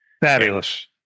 Fabulous